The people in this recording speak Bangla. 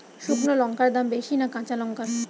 শুক্নো লঙ্কার দাম বেশি না কাঁচা লঙ্কার?